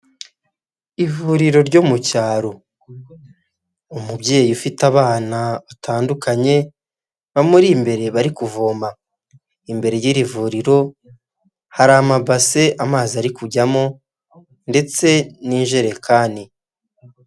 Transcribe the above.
Ivuriro ryo mu cyaro umubyeyi ufite abana batandukanye bamuri imbere bari kuvoma, imbere y'iri vuriro hari amabase amazi ari kujyamo ndetse n'ijerekani.